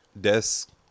desk